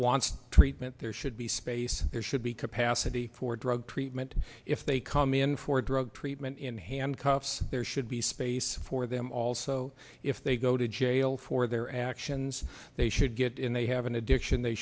wants treatment there should be space there should be capacity for drug treatment if they come in for drug treatment in handcuffs there should be space for them also if they go to jail for their actions they should get in they have an addiction they